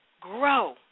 grow